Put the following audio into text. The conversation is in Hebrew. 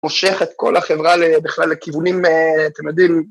מושך את כל החברה בכלל לכיוונים... אתם יודעים...